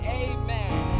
amen